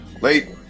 late